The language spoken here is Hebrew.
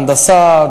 הנדסה,